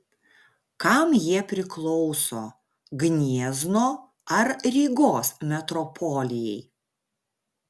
kam jie priklauso gniezno ar rygos metropolijai